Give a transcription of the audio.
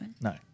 No